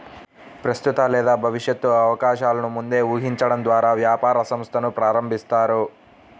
ప్రస్తుత లేదా భవిష్యత్తు అవకాశాలను ముందే ఊహించడం ద్వారా వ్యాపార సంస్థను ప్రారంభిస్తారు